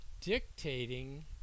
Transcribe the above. dictating